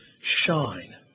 shine